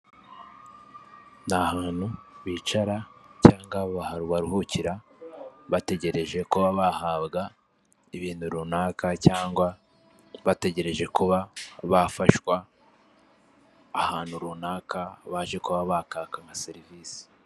Ni ahantu bicara cyangwa ba baruhukira bategereje kuba bahabwa ibintu runaka cyangwa bategereje kuba bafashwa, ahantu runaka baje kuba bakaka nka serivisi.